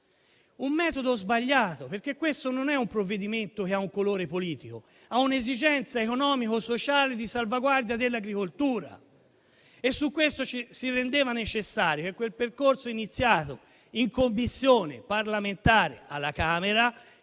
un metodo sbagliato, perché questo provvedimento non ha un colore politico, ma risponde a un'esigenza economico-sociale di salvaguardia dell'agricoltura. Su questo si rendeva necessario che quel percorso iniziato in Commissione parlamentare alla Camera,